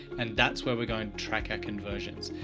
and that's where we're going to track our conversions.